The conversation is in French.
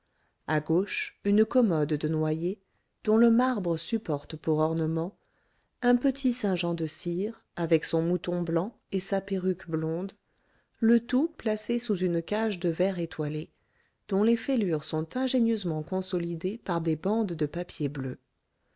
à gauche une commode de noyer dont le marbre supporte pour ornement un petit saint jean de cire avec son mouton blanc et sa perruque blonde le tout placé sous une cage de verre étoilée dont les fêlures sont ingénieusement consolidées par des bandes de papier bleu